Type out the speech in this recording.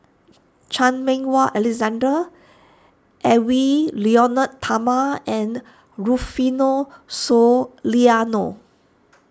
Chan Meng Wah Alexander Edwy Lyonet Talma and Rufino Soliano